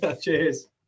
Cheers